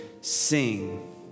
sing